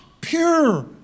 pure